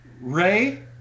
Ray